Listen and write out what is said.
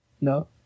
No